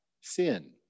sin